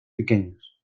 pequeños